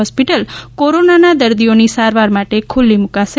hospital કોરોનાના દર્દીઓની સારવાર માટે ખુલ્લી મુકાશે